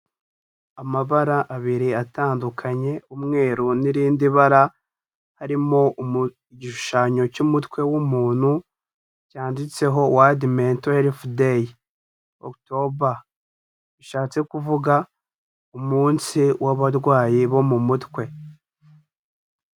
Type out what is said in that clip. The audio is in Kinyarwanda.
Amabara abiri atandukanye: umweru n'rindi bara, harimo igishushanyo cy'umutwe w'umuntu, cyanditseho wadi mentor heresi deyi, okitoba, bishatse kuvuga umunsi w'abarwayi bo mu mutwe.